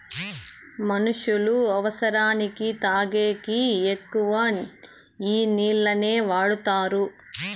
మనుష్యులు అవసరానికి తాగేకి ఎక్కువ ఈ నీళ్లనే వాడుతారు